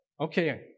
okay